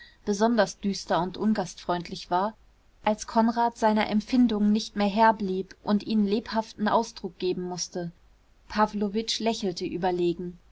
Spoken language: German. besonders düster und ungastfreundlich war als konrad seiner empfindungen nicht mehr herr blieb und ihnen lebhaften ausdruck geben mußte pawlowitsch lächelte überlegen